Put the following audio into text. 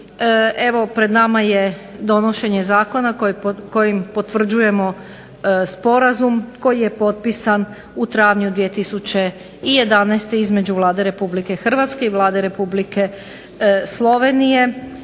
evo pred nama je donošenje zakona kojim potvrđujemo sporazum koji je potpisan u travnju 2011. Između Vlade RH i Vlade Republike Slovenije